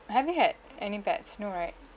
have you had any pets no right